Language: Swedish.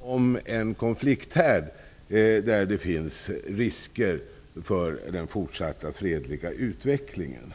om en konflikthärd där det finns risker för den fortsatta fredliga utvecklingen.